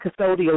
custodial